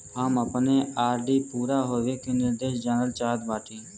हम अपने आर.डी पूरा होवे के निर्देश जानल चाहत बाटी